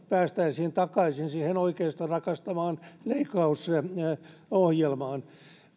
päästäisiin takaisin siihen oikeiston rakastamaan leikkausohjelmaan